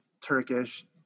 Turkish